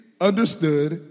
understood